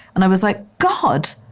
and i was like, god,